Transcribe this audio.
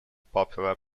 popular